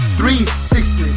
360